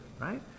right